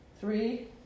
three